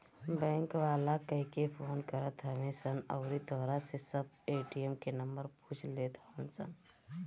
bank वाला कहिके phone करत हवे सन अउरी तोहरा से सब ए.टी.एम के नंबर पूछ लेत हवन सन